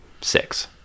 six